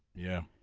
yeah.